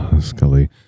Scully